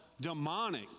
demonic